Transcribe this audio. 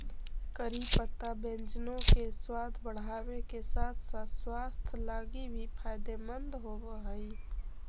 करी पत्ता व्यंजनों के सबाद बढ़ाबे के साथ साथ स्वास्थ्य लागी भी फायदेमंद होब हई